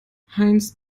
heinz